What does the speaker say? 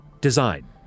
Design